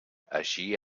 així